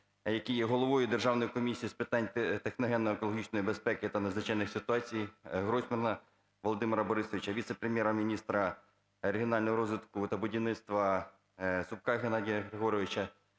який є головою Державної комісії з питань техногенно-екологічної безпеки та надзвичайних ситуацій, Гройсмана Володимира Борисовича, віце-прем'єр-міністра регіонального розвитку та будівництва Зубка Геннадія Григоровича.